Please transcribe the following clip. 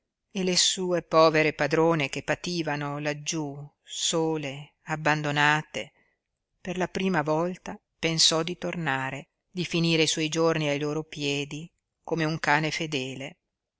e le sue povere padrone che pativano laggiú sole abbandonate per la prima volta pensò di tornare di finire i suoi giorni ai loro piedi come un cane fedele